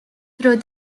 through